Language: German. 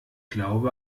glaube